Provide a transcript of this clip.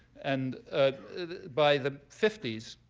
and by the fifty s,